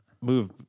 move